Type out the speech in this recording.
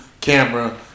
camera